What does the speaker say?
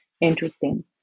Interesting